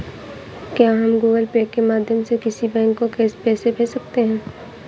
क्या हम Google Pay के माध्यम से किसी बैंक को पैसे भेज सकते हैं?